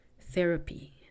Therapy